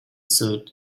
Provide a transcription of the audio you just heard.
suit